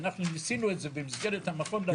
ואנחנו ניסינו את זה במסגרת המכון הארצי.